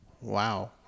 Wow